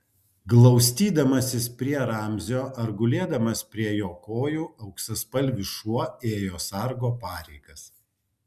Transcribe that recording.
glaustydamasis prie ramzio ar gulėdamas prie jo kojų auksaspalvis šuo ėjo sargo pareigas